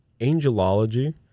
angelology